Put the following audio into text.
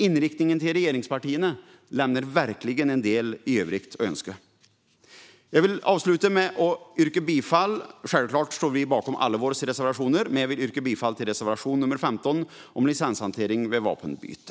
Inriktningen för regeringspartierna lämnar verkligen en del övrigt att önska. Självklart står vi bakom alla våra reservationer. Men jag yrkar bifall till reservation nr 15 om licenshantering vid vapenbyte.